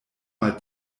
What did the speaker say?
mal